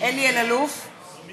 אינו